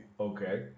Okay